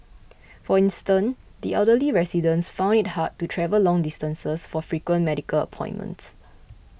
for instance the elderly residents found it hard to travel long distances for frequent medical appointments